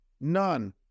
None